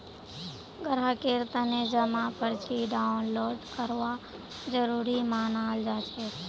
ग्राहकेर तने जमा पर्ची डाउनलोड करवा जरूरी मनाल जाछेक